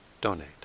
donate